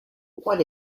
what